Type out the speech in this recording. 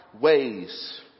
Ways